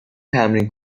تمرین